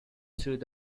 through